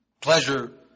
pleasure